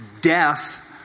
death